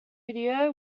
video